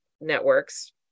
networks